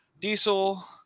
diesel